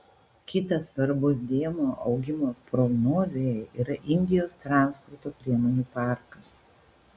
kitas svarbus dėmuo augimo prognozėje yra indijos transporto priemonių parkas